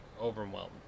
overwhelmed